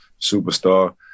superstar